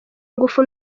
ingufu